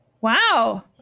Wow